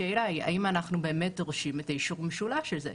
השאלה היא האם אנחנו באמת דורשים את האישור המשולש הזה.